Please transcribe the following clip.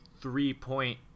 three-point